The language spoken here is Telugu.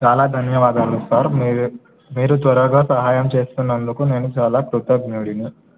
చాలా ధన్యవాదాలు సార్ మీరు మీరు త్వరగా సహాయం చేస్తున్నందుకు నేను చాలా కృతజ్ఞడిని